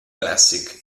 classic